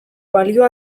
balio